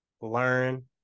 learn